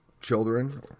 children